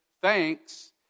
thanks